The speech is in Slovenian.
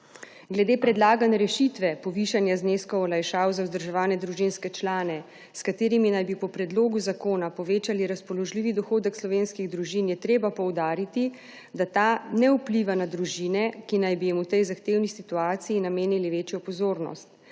Glede predlagane rešitve povišanja zneskov olajšav za vzdrževane družinske člane, s katerimi naj bi po predlogu zakona povečali razpoložljivi dohodek slovenskih družin, je treba poudariti, da ta ne vpliva na družine, ki naj bi jim v tej zahtevni situaciji namenili večjo pozornost.